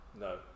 No